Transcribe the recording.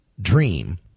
dream